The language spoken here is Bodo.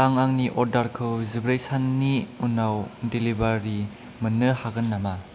आं आंनि अर्डारखौ जिब्रै साननि उनाव डेलिभारि मोननो हागोन नामा